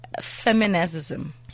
Feminism